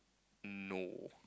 no